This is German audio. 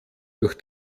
durch